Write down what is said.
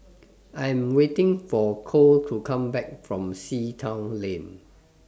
I Am waiting For Kole to Come Back from Sea Town Lane